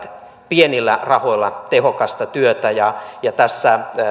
pienillä rahoilla tehokasta työtä ja ja tässä